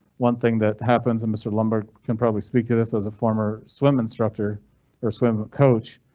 one thing that happens, and mr. lumbergh can probably speak to this as a former swim instructor or swim but coach.